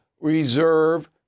reserve